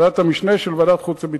ועדת המשנה של ועדת החוץ והביטחון,